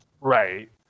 Right